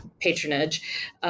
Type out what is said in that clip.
patronage